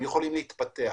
הם יכולים להתפתח.